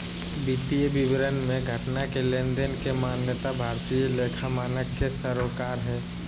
वित्तीय विवरण मे घटना के लेनदेन के मान्यता भारतीय लेखा मानक के सरोकार हय